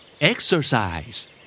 Exercise